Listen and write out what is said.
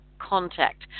contact